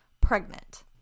pregnant